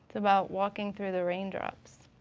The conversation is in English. about walking through the raindrops.